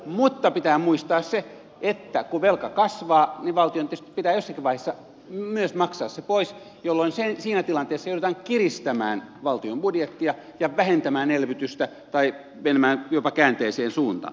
mutta pitää muistaa se että kun velka kasvaa niin valtion tietysti pitää jossakin vaiheessa maksaa se myös pois jolloin siinä tilanteessa joudutaan kiristämään valtion budjettia ja vähentämään elvytystä tai menemään jopa käänteiseen suuntaan